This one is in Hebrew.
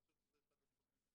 אני חושב שזה אחד הדברים.